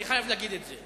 אני חייב להגיד את זה.